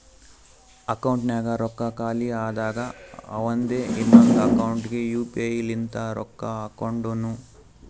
ಅಕೌಂಟ್ನಾಗ್ ರೊಕ್ಕಾ ಖಾಲಿ ಆದಾಗ ಅವಂದೆ ಇನ್ನೊಂದು ಅಕೌಂಟ್ಲೆ ಯು ಪಿ ಐ ಲಿಂತ ರೊಕ್ಕಾ ಹಾಕೊಂಡುನು